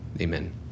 Amen